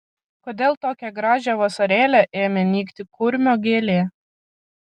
kodėl tokią gražią vasarėlę ėmė nykti kurmio gėlė